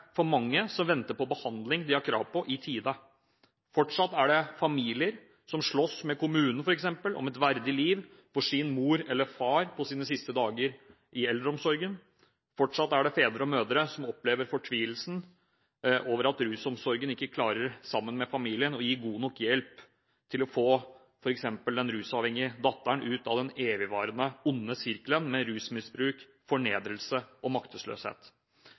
for mange som venter på behandling de har krav på i tide. Fortsatt er det familier som slåss med kommunen, f.eks., om et verdig liv for sin mor eller far på deres siste dager i eldreomsorgen. Fortsatt er det fedre og mødre som opplever fortvilelsen over at rusomsorgen ikke klarer å gi god nok hjelp sammen med familien til å få f.eks. den rusavhengige datteren ut av den evigvarende, onde sirkelen med rusmisbruk, fornedrelse og maktesløshet.